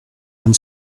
and